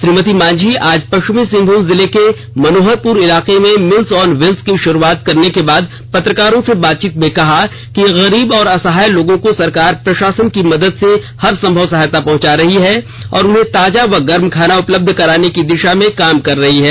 श्रीमती मांझी आज पश्चिमी सिंहभूम जिले के मनोहरपुर इलाके में मील्स ऑन व्हील्स की शुरुआत करने के बाद पत्रकारों से बातचीत में कहा कि गरीब और असहाय लोगों को सरकार प्रशासन की मदद से हर संभव सहायता पहुंचा रही है और उन्हें ताजा व गर्म खाना उपलब्ध कराने की दिशा में काम कर रही है